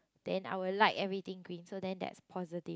then I will like everything green so then that's positive